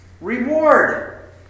reward